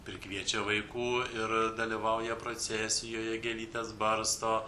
prikviečia vaikų ir dalyvauja procesijoje gėlytes barsto